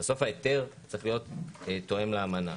בסוף ההיתר צריך להיות תואם לאמנה.